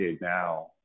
now